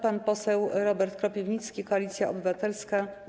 Pan poseł Robert Kropiwnicki, Koalicja Obywatelska.